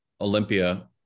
Olympia